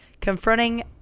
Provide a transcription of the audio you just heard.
Confronting